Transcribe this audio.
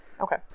Okay